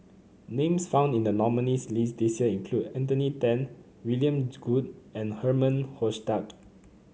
names found in the nominees' list this year include Anthony Then William Goode and Herman Hochstadt